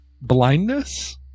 blindness